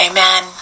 Amen